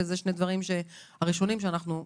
ואלה שני הדברים הראשונים שאנחנו נסדיר.